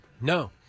No